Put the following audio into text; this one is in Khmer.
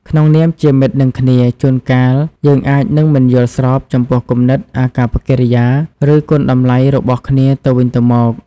ក្នុងនាមជាមិត្តនឹងគ្នា ជួនកាល យើងអាចនឹងមិនយល់ស្របចំពោះគំនិត អាកប្បកិរិយា ឬ គុណតម្លៃរបស់គ្នាទៅវិញទៅមក។